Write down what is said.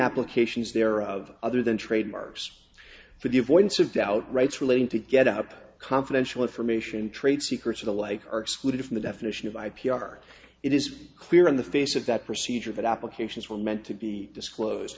applications there of other than trademarks for the avoidance of doubt rights relating to get up confidential information trade secrets of the like are excluded from the definition of i p r it is clear in the face of that procedure that applications were meant to be disclosed